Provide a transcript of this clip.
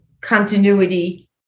continuity